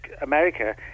America